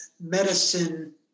medicine